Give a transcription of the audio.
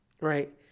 right